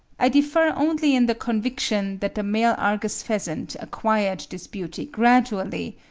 i differ only in the conviction that the male argus pheasant acquired his beauty gradually,